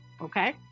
Okay